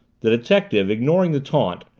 the detective, ignoring the taunt,